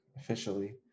officially